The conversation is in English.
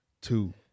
two